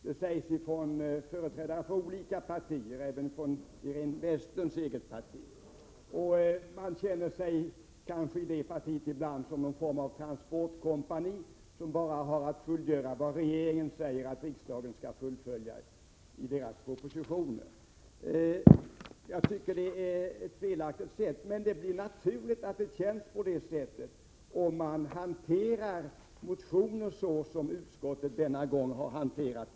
Detta sägs av företrädare för olika partier, även Iréne Vestlunds eget parti. I det partiet känner man sig kanske ibland som något slags transportkompani som bara har att fullfölja vad regeringen i sina propositioner säger att riksdagen skall besluta. Jag tycker att detta är ett felaktigt sätt. Men det är naturligt att det känns på det sättet, om man hanterar motioner såsom utskottet denna gång har gjort.